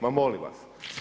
Ma molim vas!